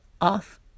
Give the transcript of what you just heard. off